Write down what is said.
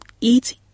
eat